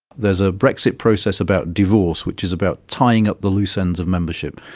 there's a brexit process about divorce which is about tying up the loose ends of membership,